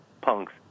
punks